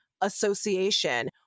Association